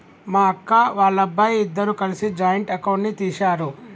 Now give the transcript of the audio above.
మా అక్క, వాళ్ళబ్బాయి ఇద్దరూ కలిసి జాయింట్ అకౌంట్ ని తీశారు